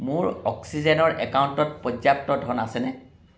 মোৰ অক্সিজেনৰ একাউণ্টত পৰ্যাপ্ত ধন আছেনে